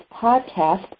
podcast